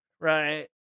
Right